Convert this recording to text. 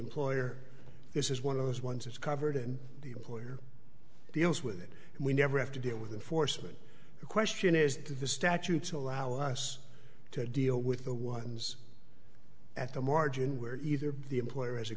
employer this is one of those ones it's covered and the employer deals with it and we never have to deal with the forcing question is the statutes allow us to deal with the ones at the margin where either the employer has a